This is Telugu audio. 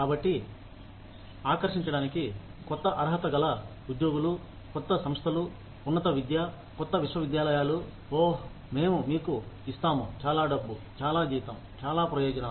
కాబట్టి ఆకర్షించడానికి కొత్త అర్హతగల ఉద్యోగులు కొత్త సంస్థలు ఉన్నత విద్య కొత్త విశ్వవిద్యాలయాలు ఓహ్ మేము మీకు ఇస్తాము చాలా డబ్బు చాలా జీతం చాలా ప్రయోజనాలు